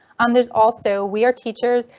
um there's also we are teachers.